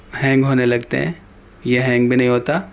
hang ہونے لگتے ہیں یہ ہینگ بھی نہیں ہوتا